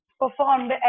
performed